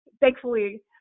thankfully